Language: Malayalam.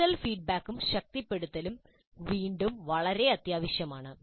തിരുത്തൽ ഫീഡ്ബാക്കും ശക്തിപ്പെടുത്തലും വീണ്ടും വളരെ അത്യാവശ്യമാണ്